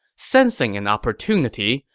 sensing an opportunity,